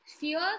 Fear